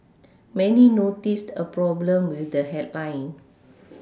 many noticed a problem with the headline